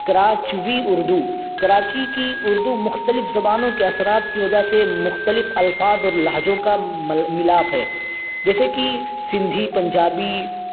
کراچوی اردو کراچی کی اردو مختلف زبانوں کے اثرات کی وجہ سے مختلف الفاظ اور لہجوں کا ملاپ ہے جیسے کہ سندھی پنجابی